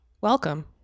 Welcome